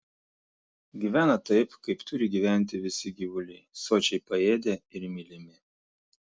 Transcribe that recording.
gyvena taip kaip turi gyventi visi gyvuliai sočiai paėdę ir mylimi